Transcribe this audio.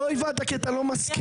לא הבנת כי אתה לא מסכים.